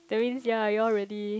that means ya you all really